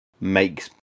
makes